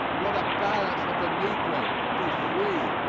will the ballot of the negro be free.